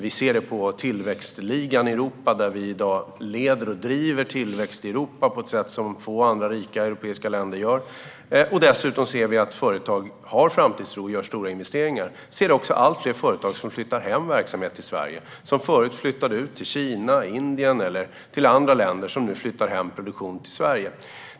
Vi ser det på tillväxtligan i Europa, där vi i dag leder och driver tillväxten i Europa på ett sätt som få andra rika europeiska länder gör. Dessutom ser vi att företag har framtidstro och gör stora investeringar. Vi ser också allt fler företag som flyttar hem verksamhet till Sverige. Det är företag som tidigare flyttade ut till Kina, Indien eller andra länder och nu flyttar hem produktion till Sverige.